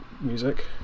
music